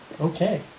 Okay